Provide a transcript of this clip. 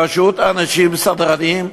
פשוט האנשים, סדרנים,